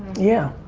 yeah.